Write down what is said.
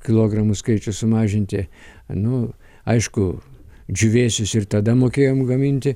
kilogramų skaičių sumažinti nu aišku džiūvėsius ir tada mokėjom gaminti